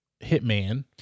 hitman